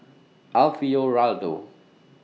Alfio Raldo